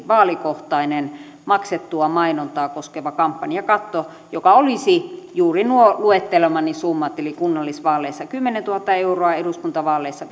vaalikohtainen maksettua mainontaa koskeva kampanjakatto joka olisi juuri nuo luettelemani summat eli kunnallisvaaleissa kymmenentuhatta euroa eduskuntavaaleissa